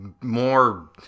more